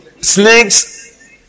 snakes